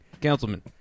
councilman